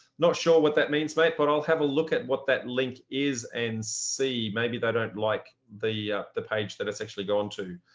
not sure what that means mate, but i'll have a look at what that link is and see maybe they don't like the the page that has actually gone to.